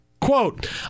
quote